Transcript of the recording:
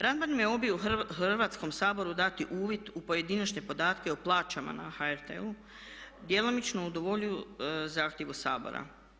Radman je odbio u Hrvatskom saboru dati uvid u pojedinačne podatke o plaćama na HRT-u te je djelomično udovoljio zahtjevu Sabora.